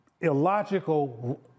illogical